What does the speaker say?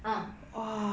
mm